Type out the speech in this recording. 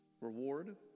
reward